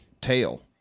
tail